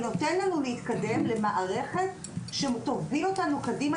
ומאפשרים להתקדם למערכת שתוביל אותנו קדימה,